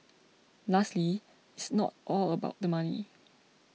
lastly it's not all about the money